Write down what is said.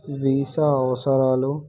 visa అవసరాలు